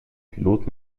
piloten